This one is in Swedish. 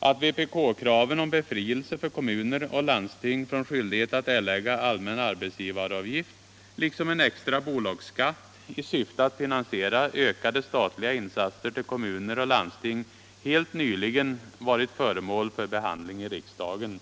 att vpk-kraven om befrielse för kommuner och landsting från skyldighet att erlägga allmän arbetsgivaravgift och om en extra bolagsskatt i syfte att finansiera ökade statliga insatser till kommuner och landsting helt nyligen varit föremål för behandling i riksdagen.